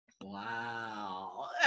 Wow